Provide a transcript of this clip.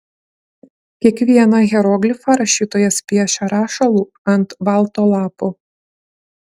kiekvieną hieroglifą rašytojas piešia rašalu ant balto lapo